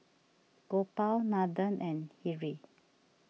Gopal Nathan and Hri